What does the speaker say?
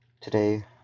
Today